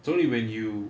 it's only when you